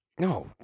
No